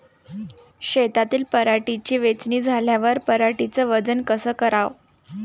शेतातील पराटीची वेचनी झाल्यावर पराटीचं वजन कस कराव?